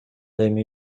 эми